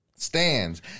Stands